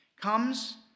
comes